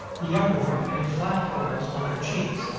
the younger women in flat coils on their cheeks.